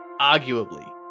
arguably